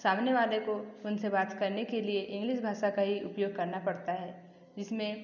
सामने वाले को उनसे बात करने के लिए इंग्लिश भाषा का ही उपयोग करना पड़ता है जिसमें